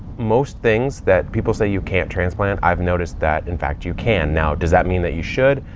most things that people say you can't transplant, i've noticed that in fact you can. now does that mean that you should?